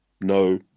no